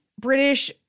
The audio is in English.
British